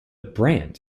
brand